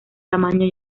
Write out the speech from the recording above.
tamaño